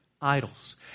idols